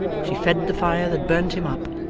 she fed the fire that burnt him up,